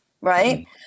Right